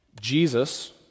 Jesus